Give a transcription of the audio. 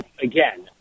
again